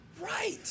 right